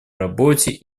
работе